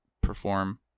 perform